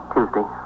Tuesday